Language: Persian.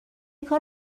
کار